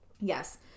Yes